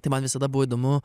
tai man visada buvo įdomu